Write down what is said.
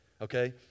Okay